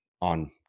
on